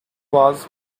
was